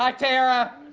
ah tara!